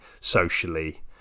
socially